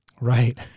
right